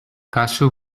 kasu